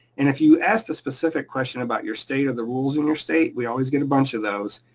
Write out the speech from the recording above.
and if you asked a specific question about your state or the rules in your state, we always get a bunch of those,